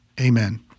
Amen